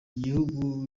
gihugu